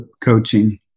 coaching